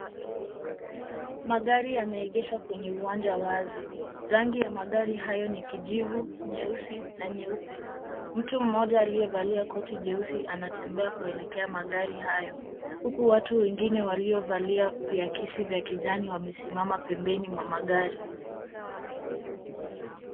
Magari yameegeshwa kwenye uwanja wazi. Rangi ya magari hayo ni kijivu, nyeusi na nyeupe. Mtu mmoja aliyevalia koti jeusi anatembea kuelekea magari hayo uku watu wengine waliovalia viakisi vya kijani wamesimama pembeni mwa magari.